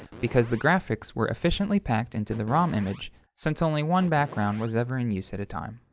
because the graphics were efficiently packed into the rom image since only one background was ever in use at a time.